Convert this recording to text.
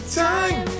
time